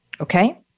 Okay